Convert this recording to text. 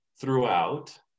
throughout